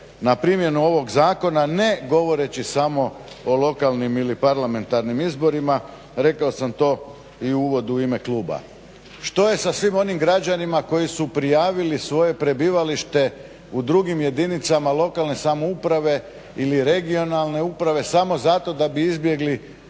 na primjenu ovog zakona ne govoreći samo o lokalnim ili parlamentarnim izborima. Rekao sam to i u uvodu u ime kluba. Što je sa svim onim građanima koji su prijavili svoje prebivalište u drugim jedinicama lokalne samouprave ili regionalne uprave samo zato da bi izbjegli